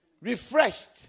refreshed